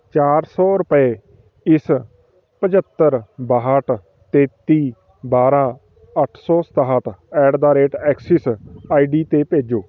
ਚਾਰ ਸੌ ਰੁਪਏ ਇਸ ਪੰਝੱਤਰ ਬਾਹਠ ਤੇਤੀ ਬਾਰਾਂ ਅੱਠ ਸੌ ਸਤਾਹਠ at the rate Axis I D 'ਤੇ ਭੇਜੋ